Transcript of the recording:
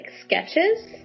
sketches